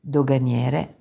Doganiere